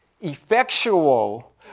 effectual